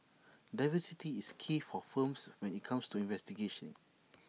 diversity is key for firms when IT comes to investigation